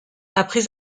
après